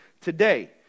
today